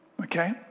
okay